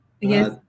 Yes